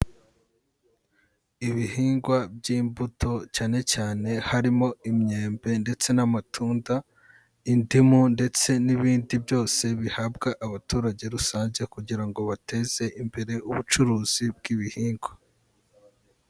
Ibihingwa by'imbuto cyane cyane harimo imyembe ndetse n'amatunda, indimu ndetse n'ibindi byose bihabwa abaturage rusange kugira ngo bateze imbere ubucuruzi bw'ibihingwa.